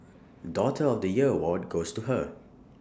daughter of the year award goes to her